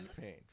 pain